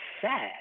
sad